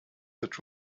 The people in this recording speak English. that